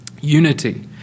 Unity